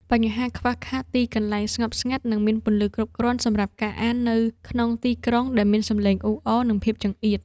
បញ្ហាខ្វះខាតទីកន្លែងស្ងប់ស្ងាត់ និងមានពន្លឺគ្រប់គ្រាន់សម្រាប់ការអាននៅក្នុងទីក្រុងដែលមានសម្លេងអ៊ូអរ និងភាពចង្អៀត។